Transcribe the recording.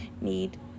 need